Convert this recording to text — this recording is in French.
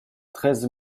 treize